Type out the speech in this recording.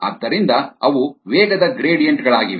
ಆದ್ದರಿಂದ ಅವು ವೇಗದ ಗ್ರೇಡಿಯಂಟ್ ಗಳಾಗಿವೆ